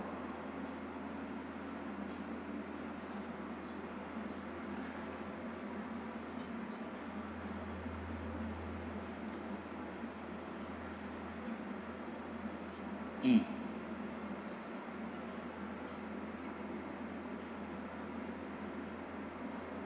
mm